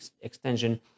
extension